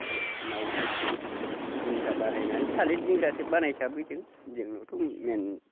नावफोरजों दिंग्रा बानायनानै थालिर दिंग्रासो बानायसाबो जों जोंनावथ' मेइन